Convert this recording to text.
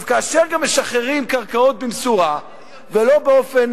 כאשר גם משחררים קרקעות במשורה ולא באופן